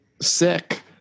sick